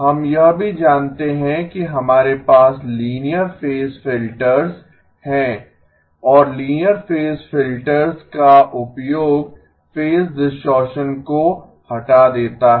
हम यह भी जानते हैं कि हमारे पास लीनियर फेज फिल्टर्स हैं और लीनियर फेज फिल्टर्स का उपयोग फेज डिस्टॉरशन को हटा देता है